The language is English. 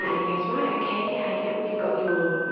and he goes, right, ok, yeah, yup, we've got your,